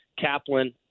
Kaplan